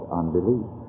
unbelief